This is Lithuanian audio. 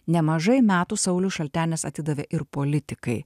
nemažai metų saulius šaltenis atidavė ir politikai